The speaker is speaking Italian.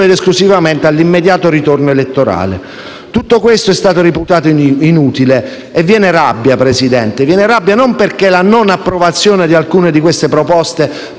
ed esclusivamente all'immediato ritorno elettorale. Tutto questo è stato reputato inutile. Viene rabbia! Non perché la non approvazione di alcune di queste proposte